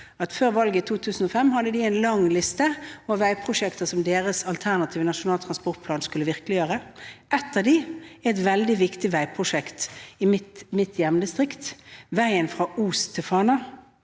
før valget i 2005 hadde de en lang liste over veiprosjekter som deres alternativ til Nasjonal transportplan skulle virkeliggjøre. Ett av dem er et veldig viktig veiprosjekt i mitt hjemdistrikt – veien fra Os til Fana.